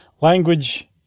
language